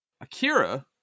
Akira